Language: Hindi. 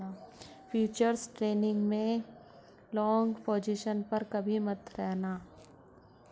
फ्यूचर्स ट्रेडिंग में लॉन्ग पोजिशन पर कभी मत रहना